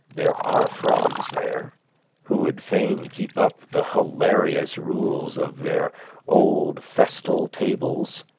there are frogs there who would fain keep up the hilarious rules of their old festal tables,